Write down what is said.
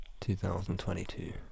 2022